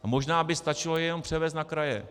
A možná by stačilo je jenom převést na kraje.